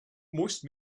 most